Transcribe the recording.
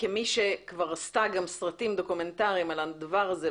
כמי שכבר עשתה סרטים דוקומנטריים על הדבר הזה,